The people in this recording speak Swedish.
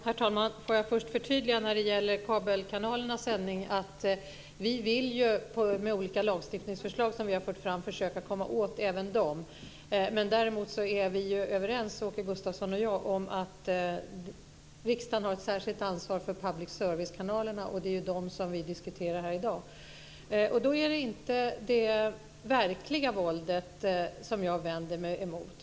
Herr talman! Låt mig först förtydliga en sak när det gäller kabelkanalernas sändningar. Med olika lagstiftningsförslag som vi har fört fram vill vi försöka komma åt även dem. Åke Gustavsson och jag är överens om att riksdagen har ett särskilt ansvar för public service-kanalerna, och det är dem vi diskuterar här i dag. Det är inte det verkliga våldet som jag vänder mig emot.